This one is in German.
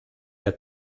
der